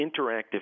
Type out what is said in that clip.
interactive